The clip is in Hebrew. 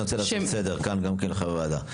אני רוצה לעשות סדר כאן גם לחברי הוועדה.